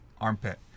armpit